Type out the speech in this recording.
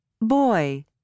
boy